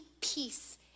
peace